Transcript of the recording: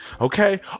okay